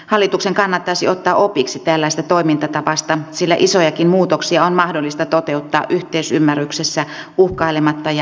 hallituksen kannattaisi ottaa opiksi tällaisesta toimintatavasta sillä isojakin muutoksia on mahdollista toteuttaa yhteisymmärryksessä uhkailematta ja ilman pakkokeinoja